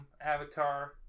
avatar